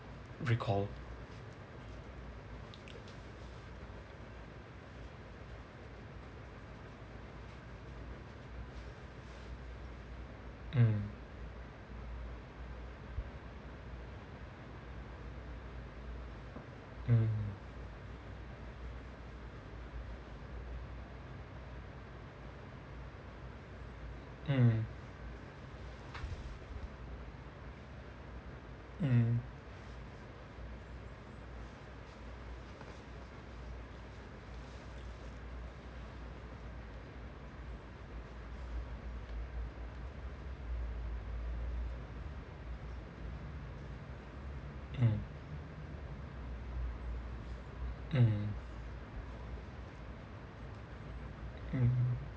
recall mm mm mm mm mm mm mm